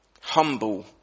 Humble